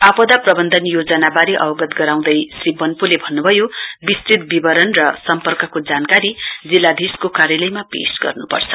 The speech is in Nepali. आपदा प्रबन्धन योजनाबारे अवगत गराउँदै श्री बन्पोले भन्न भयो विस्तृत विवरण र सम्पर्कको जानकारी जिल्लाधीशको कार्यालयमा पेश गर्नुपर्छ